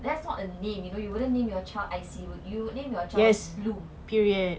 that's not a name you know you wouldn't name your child I see would you name your child bloom